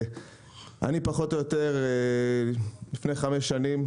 אני פחות או יותר לפני חמש שנים,